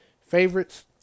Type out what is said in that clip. favorites